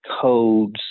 codes